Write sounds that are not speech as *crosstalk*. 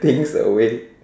*noise* things away